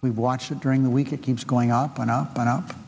we watch it during the week it keeps going up and up and up